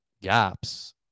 gaps